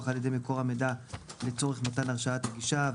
על ידי מקור המידע לצורך מתן הרשאת הגישה,